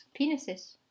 penises